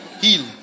Heal